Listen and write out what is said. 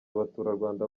abaturarwanda